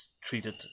treated